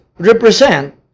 represent